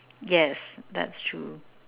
yes that's true